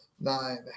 Nine